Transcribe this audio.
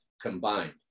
combined